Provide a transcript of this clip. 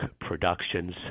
productions